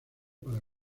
para